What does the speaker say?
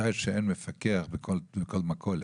ודאי שאין מפקח בכל מכולת.